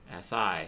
SI